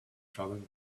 trouble